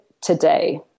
today